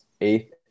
eighth